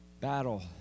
battle